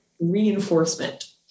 reinforcement